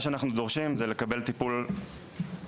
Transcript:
ומה שאנחנו דורשים זה לקבל טיפול בעצמנו,